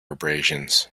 abrasions